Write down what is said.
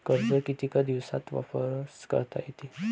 कर्ज कितीक दिवसात वापस करता येते?